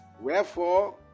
Wherefore